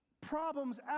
problems